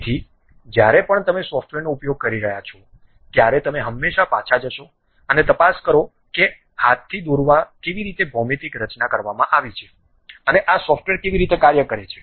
તેથી જ્યારે પણ તમે સોફ્ટવેરનો ઉપયોગ કરી રહ્યાં છો ત્યારે તમે હંમેશા પાછા જશો અને તપાસ કરો કે હાથથી દોરવા કેવી રીતે ભૌમિતિક રચના કરવામાં આવી છે અને આ સોફ્ટવેર કેવી રીતે કાર્ય કરે છે